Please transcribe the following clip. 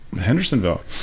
Hendersonville